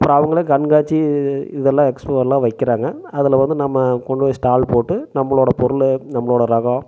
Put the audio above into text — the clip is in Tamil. அப்புறம் அவங்களே கண்காட்சி இதெல்லாம் எக்ஸ்புளோரில் வைக்கிறாங்க அதில் வந்து நம்ம கொண்டு போய் ஸ்டால் போட்டு நம்மளோடய பொருள் நம்மளோடய ரகம்